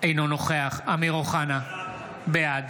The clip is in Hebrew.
אינו נוכח אמיר אוחנה, בעד